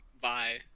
Bye